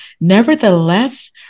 nevertheless